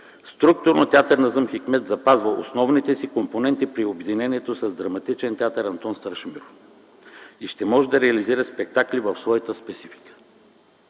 Структурно театър „Назъм Хикмет” запазва основните си компоненти при обединението с Драматичен театър „Антон Страшимиров” и ще може да реализира спектакли в своята специфика.